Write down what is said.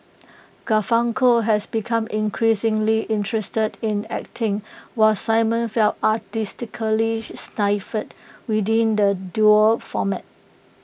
Garfunkel has become increasingly interested in acting while simon felt artistically stifled within the duo format